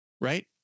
Right